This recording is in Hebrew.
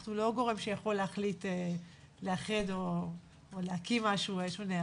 אנחנו לא גורם שיכול להחליט לאחד או להקים משהו שונה.